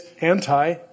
anti